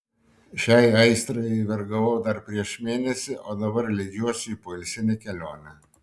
šiai aistrai vergavau dar prieš mėnesį o dabar leidžiuosi į poilsinę kelionę